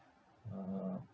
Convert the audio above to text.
uh